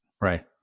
right